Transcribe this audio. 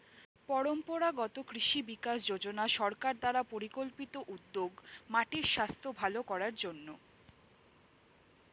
পরম্পরাগত কৃষি বিকাশ যোজনা সরকার দ্বারা পরিকল্পিত উদ্যোগ মাটির স্বাস্থ্য ভাল করার জন্যে